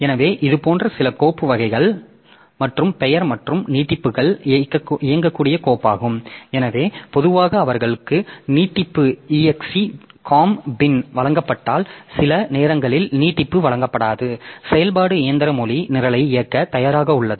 எனவே இது போன்ற சில கோப்பு வகைகள் மற்றும் பெயர் மற்றும் நீட்டிப்புகள் இயங்கக்கூடிய கோப்பாகும் எனவே பொதுவாக அவர்களுக்கு நீட்டிப்பு exe com bin வழங்கப்பட்டால் சில நேரங்களில் நீட்டிப்பு வழங்கப்படாது செயல்பாடு இயந்திர மொழி நிரலை இயக்க தயாராக உள்ளது